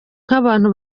nk’abantu